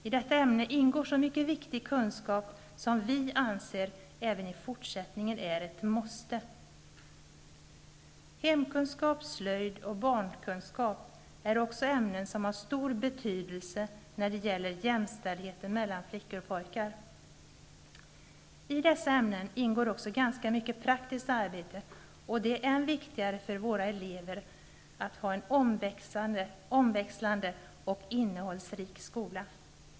I detta ämne ingår så mycket viktig kunskap som vi anser vara ett måste även i fortsättningen. Hemkunskap, slöjd och barnkunskap är också ämnen som har stor betydelse när det gäller jämställdheten mellan flickor och pojkar. I dessa ämnen ingår även ganska mycket praktiskt arbete, och det är än viktigare för våra elever att ha en omväxlande och innehållsrik skola.